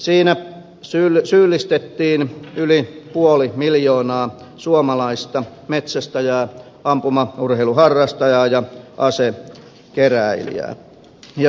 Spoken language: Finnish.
siinä syyllistettiin yli puoli miljoonaa suomalaista metsästäjää ampumaurheilun harrastajaa ja asekeräilijää